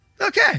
Okay